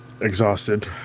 exhausted